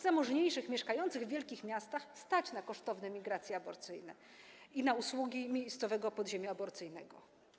Zamożniejszych mieszkających w wielkich miastach stać na kosztowne migracje aborcyjne i na usługi miejscowego podziemia aborcyjnego.